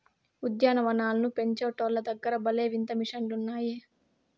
ఉద్యాన వనాలను పెంచేటోల్ల దగ్గర భలే వింత మిషన్లు ఉన్నాయే